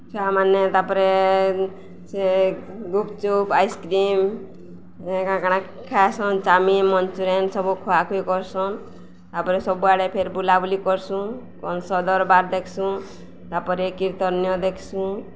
ଛୁଆମାନେ ତା'ପରେ ସେ ଗୁପ୍ଚୁପ୍ ଆଇସ୍କ୍ରିମ୍ କାଣା କଣା ଖାଏସନ୍ ଚାଓମିିନ୍ ମଞ୍ଚୁରିଆନ୍ ସବୁ ଖୁଆଖୁଇ କର୍ସନ୍ ତା'ପରେ ସବୁଆଡ଼େ ଫେର୍ ବୁଲାବୁଲି କର୍ସୁଁ କଂଶ ଦର୍ବାର୍ ଦେଖ୍ସୁଁ ତା'ପରେ କୀର୍ତ୍ତନ୍ୟ ଦେଖ୍ସୁଁ